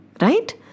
Right